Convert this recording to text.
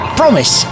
promise